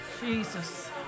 Jesus